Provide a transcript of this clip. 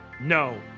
no